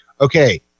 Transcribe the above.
okay